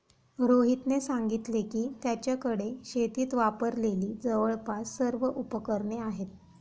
रोहितने सांगितले की, त्याच्याकडे शेतीत वापरलेली जवळपास सर्व उपकरणे आहेत